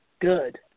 Good